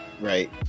right